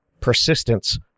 persistence